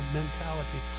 mentality